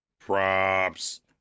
Props